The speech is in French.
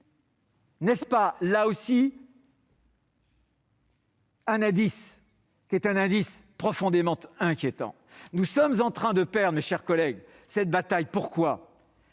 N'est-ce pas là aussi un indice profondément inquiétant ? Nous sommes en train de perdre, mes chers collègues, cette bataille, parce